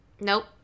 Nope